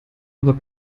aber